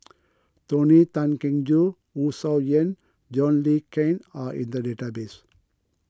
Tony Tan Keng Joo Wu Tsai Yen John Le Cain are in the database